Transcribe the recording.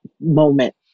moment